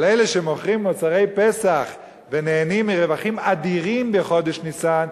אבל אלה שמוכרים מוצרי פסח ונהנים מרווחים אדירים בחודש ניסן,